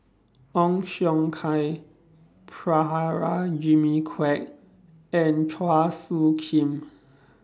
Ong Siong Kai Prabhakara Jimmy Quek and Chua Soo Khim